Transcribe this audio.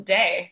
day